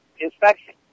inspection